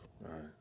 right